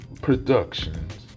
Productions